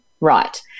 right